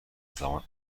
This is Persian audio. زمان